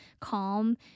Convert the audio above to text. calm